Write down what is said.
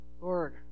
Lord